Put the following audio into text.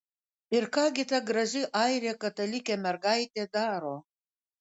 ir ką gi ta graži airė katalikė mergaitė daro